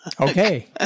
Okay